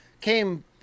came